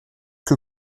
que